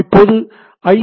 நாம் இப்போது ஐ